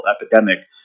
epidemic